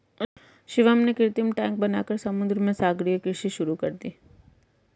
शिवम ने कृत्रिम टैंक बनाकर समुद्र में सागरीय कृषि शुरू कर दी